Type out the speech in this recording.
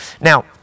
Now